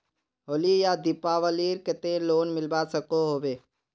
होली या दिवालीर केते लोन मिलवा सकोहो होबे?